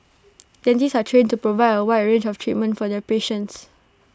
dentists are trained to provide A wide range of treatment for their patients